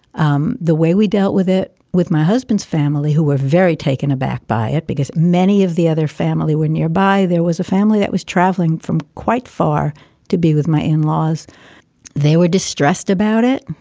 um the way we dealt with it with my husband's family, who were very taken aback by it because many of the other family were nearby. there was a family that was traveling from quite far to be with my in-laws. they were distressed about it.